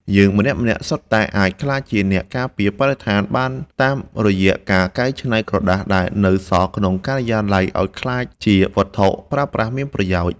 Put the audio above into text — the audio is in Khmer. យើងម្នាក់ៗសុទ្ធតែអាចក្លាយជាអ្នកការពារបរិស្ថានបានតាមរយៈការកែច្នៃក្រដាសដែលនៅសល់ក្នុងការិយាល័យឱ្យក្លាយជាវត្ថុប្រើប្រាស់មានប្រយោជន៍។